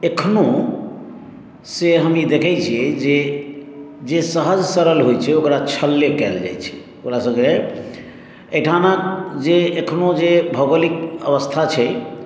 एखनो से हम देखै छियै जे जे सहज सरल होइ छै ओकरा छल नहि कयल होइ छै ओकरा सङ्गे अहिठामक एखनो जे भौगोलिक अवस्था छै